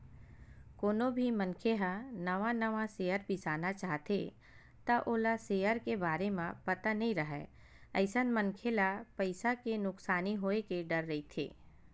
कोनो भी मनखे ह नवा नवा सेयर बिसाना चाहथे त ओला सेयर के बारे म पता नइ राहय अइसन मनखे ल पइसा के नुकसानी होय के डर रहिथे